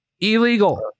Illegal